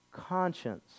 conscience